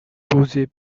posées